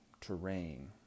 terrain